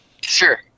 Sure